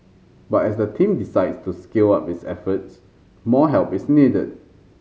but as the team decides to scale up its efforts more help is needed